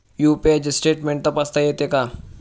UPI चे statement तपासता येते का?